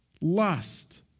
lust